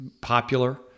popular